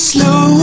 Slow